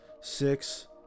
six